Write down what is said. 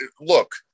look